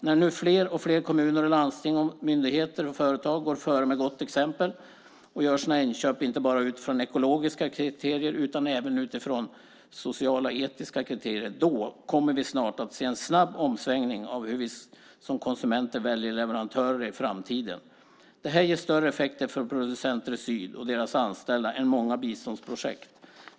När nu fler och fler kommuner, landsting, myndigheter och företag går före med gott exempel och gör sina inköp inte bara utifrån ekologiska kriterier utan även utifrån sociala och etiska kommer vi snart att se en snabb omsvängning av hur vi som konsumenter väljer leverantörer i framtiden. Det ger större effekter för producenter i syd och deras anställda än många biståndsprojekt.